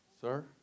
Sir